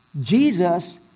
Jesus